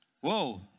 Whoa